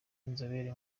inzobere